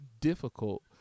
difficult